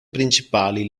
principali